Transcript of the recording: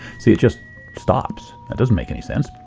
see, it just stops. that doesn't make any sense.